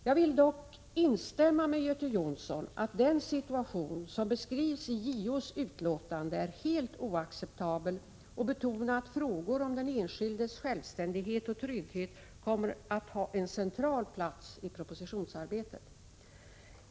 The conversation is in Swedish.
Jag vill dock instämma med Göte Jonsson i att den situation som beskrivs i JO:s utlåtande är helt oacceptabel och betona att frågor om den enskildes självständighet och trygghet kommer att ha en central plats i propositionsarbetet.